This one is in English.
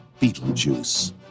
Beetlejuice